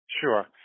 Sure